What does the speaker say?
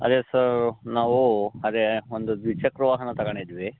ಅದೇ ಸರ್ ನಾವು ಅದೇ ಒಂದು ದ್ವಿ ಚಕ್ರ ವಾಹನ ತಗೊಂಡಿದ್ವಿ